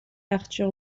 arthur